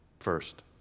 First